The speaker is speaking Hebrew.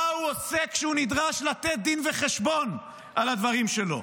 מה הוא עושה כשהוא נדרש לתת דין וחשבון על הדברים שלו?